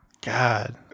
God